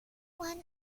one